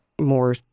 more